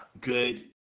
good